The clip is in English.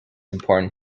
important